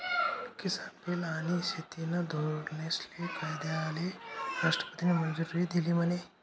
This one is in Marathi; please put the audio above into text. किसान बील आनी शेतीना धोरनेस्ले कायदाले राष्ट्रपतीनी मंजुरी दिधी म्हने?